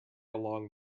along